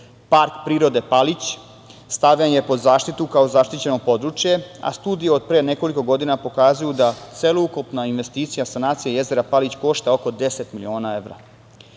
prirode Palić stavljen je pod zaštitu kao zaštićeno područje, a studije od pre nekoliko godina pokazuju da sveukupna investicija sanacije jezera Palić košta oko 10 milina evra.